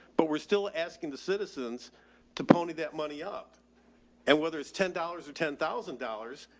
but we're still asking the citizens to pony that money up and whether it's ten dollars or ten thousand dollars,